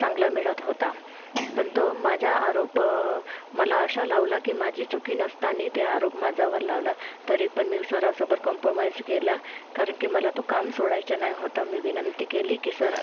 चांगला मिळत होता पण तो माझ्या आरोप मला असा लावला की माझी चूक नसताना ते आरोप माझ्यावर लावला तरी पण मी सरासोबर कम्पमाईज केला कारण की मला तो काम सोडायचा नाय होता मी विनंती केली की सर